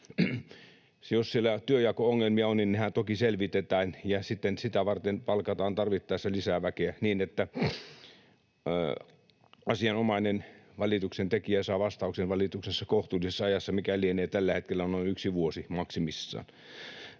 Jos siellä työnjako-ongelmia on, niin nehän toki selvitetään ja sitten sitä varten palkataan tarvittaessa lisää väkeä, niin että asianomainen valituksentekijä saa vastauksen valitukseensa kohtuullisessa ajassa, mikä lienee tällä hetkellä noin yksi vuosi maksimissaan.